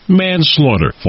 manslaughter